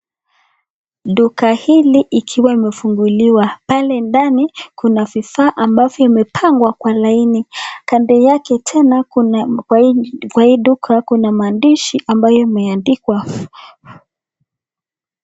Duka hili ikiwa imefunguliwa, pale ndani kuna vifaa ambavyo imepangwa kwa laini. Kando yake tena kuna kwa hii duka kuna maandishi ambayo imeandikwa.